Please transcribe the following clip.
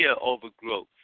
overgrowth